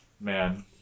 Man